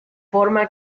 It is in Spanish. forma